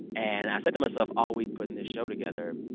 and i said to myself all week putting this show together,